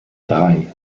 drei